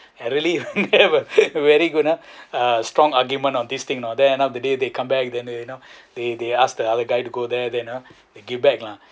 I really ever very good ah strong argument on this thing then end up the day they come back then you know they they ask the other guy to go there then you know they give back lah